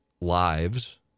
lives